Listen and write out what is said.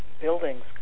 buildings